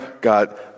God